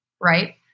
Right